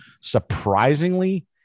Surprisingly